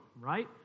right